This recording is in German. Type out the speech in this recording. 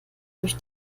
durch